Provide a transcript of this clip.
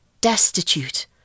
destitute